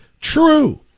true